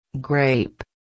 Grape